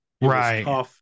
Right